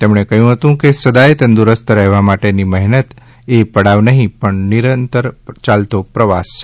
તેમણે કહ્યું હતું કે સદાય તંદુરસ્ત રહેવા માટેની મહેનત એ પડાવ નહીં પણ નિરંતર ચાલતો પ્રવાસ છે